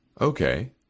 Okay